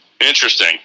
Interesting